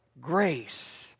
grace